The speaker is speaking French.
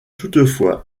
toutefois